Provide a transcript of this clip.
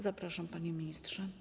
Zapraszam, panie ministrze.